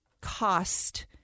cost